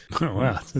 Wow